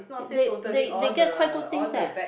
they they they get quite good things eh